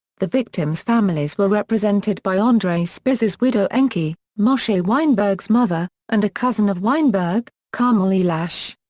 the victims' families were represented by andre spitzer's widow ankie, moshe weinberg's mother, and a cousin of weinberg, carmel eliash.